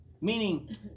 Meaning